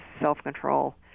self-control